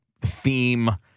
theme